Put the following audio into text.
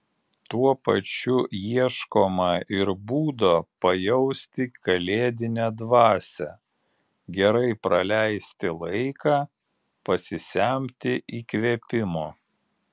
tuo pačiu ieškoma ir būdo pajausti kalėdinę dvasią gerai praleisti laiką pasisemti įkvėpimo